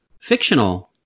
Fictional